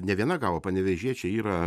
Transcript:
ne viena gavo panevėžiečiai yra